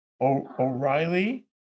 O'Reilly